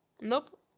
nope